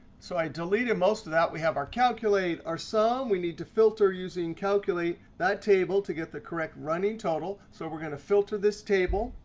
so i deleted most of that. we have our calculate, our sum. we need to filter using calculate on that table to get the correct running total so we're going to filter this table.